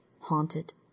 haunted